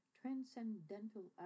transcendental